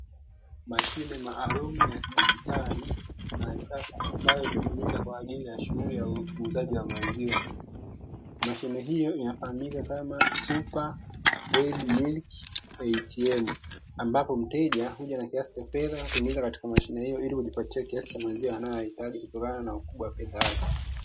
Mashine maalumu ya kidigitali na kisasa ambayo hutumika katika uuzaji wa maziwa, mashine hiyo inafahamika kama" Supa dairy milk ATM " ambapo mteja huja na kiasi cha fedha na kuingiza katika mashine hiyo ili kujipatia kiasi cha maziwa anayoyahitaji kutokana na ukubwa wa fedha yake.